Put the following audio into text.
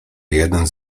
jeden